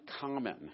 common